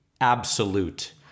absolute